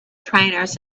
trainers